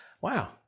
wow